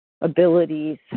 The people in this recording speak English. abilities